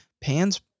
Pan's